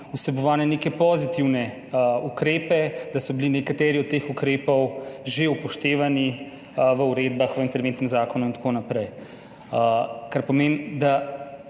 vsebovane neke pozitivne ukrepe, da so bili nekateri od teh ukrepov že upoštevani v uredbah, v interventnem zakonu in tako naprej, kar pomeni, da